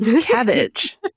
cabbage